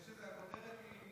זה שהכותרת היא,